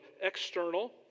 external